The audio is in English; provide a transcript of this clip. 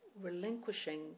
relinquishing